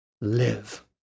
live